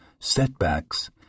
setbacks